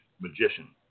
Magician